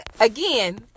again